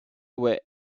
were